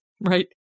Right